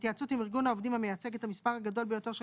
בהתייעצות עם ארגון העובדים המייצג את המספר הגדול ביותר של